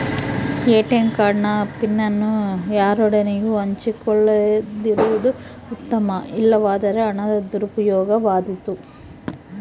ATM card ನ PIN ಅನ್ನು ಯಾರೊಡನೆಯೂ ಹಂಚಿಕೊಳ್ಳದಿರುವುದು ಉತ್ತಮ, ಇಲ್ಲವಾದರೆ ಹಣದ ದುರುಪಯೋಗವಾದೀತು